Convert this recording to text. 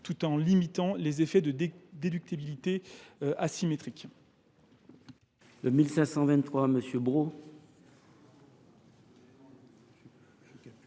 tout en limitant les effets de déductibilité asymétriques.